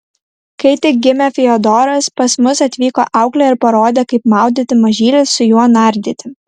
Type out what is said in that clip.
kai tik gimė fiodoras pas mus atvyko auklė ir parodė kaip maudyti mažylį su juo nardyti